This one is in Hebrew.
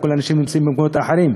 כל האנשים נמצאים במקומות אחרים,